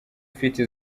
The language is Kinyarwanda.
ufite